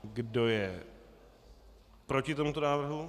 Kdo je proti tomuto návrhu?